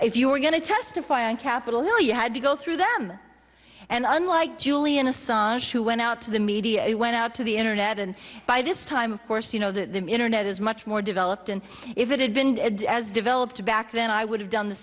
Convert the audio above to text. if you were going to testify on capitol hill you had to go through them and unlike julian a son who went out to the media went out to the internet and by this time of course you know the internet is much more developed and if it had been developed back then i would have done the